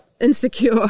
insecure